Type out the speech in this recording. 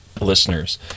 listeners